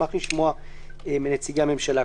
נשמח לשמוע מנציגי הממשלה.